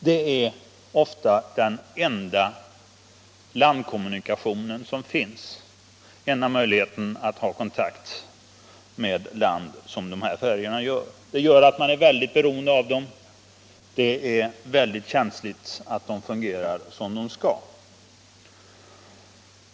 Dessa färjor är ofta den enda möjlighet som finns att ha kontakt med land. Det gör att man är väldigt beroende av dem och att det är mycket angeläget att trafiken fungerar som den skall.